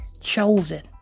chosen